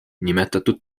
nimetatud